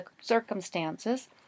circumstances